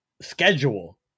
schedule